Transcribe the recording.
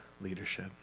leadership